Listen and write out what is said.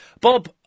Bob